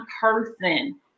person